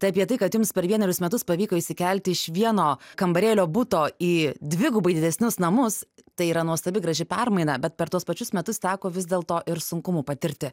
tai apie tai kad jums per vienerius metus pavyko išsikelti iš vieno kambarėlio buto į dvigubai didesnius namus tai yra nuostabi graži permaina bet per tuos pačius metus teko vis dėl to ir sunkumų patirti